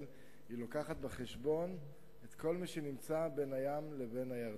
היא מביאה בחשבון את כל מי שנמצא בין הים לבין הירדן.